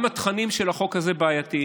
גם התכנים של החוק הזה בעייתיים.